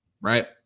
right